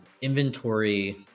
inventory